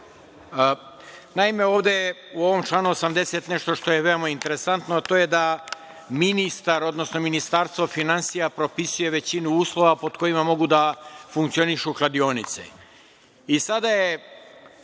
klađenje. Naime, u ovom članu 80, nešto što je veoma interesantno, a to je da ministar, odnosno Ministarstvo finansija propisuje većinu uslova pod kojima mogu da funkcionišu kladionice. Sada je